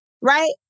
right